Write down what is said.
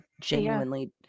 genuinely